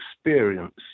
experience